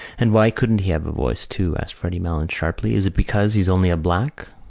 and why couldn't he have a voice too? asked freddy malins sharply. is it because he's only a black?